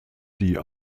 die